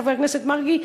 חבר הכנסת מרגי,